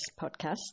podcast